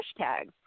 hashtags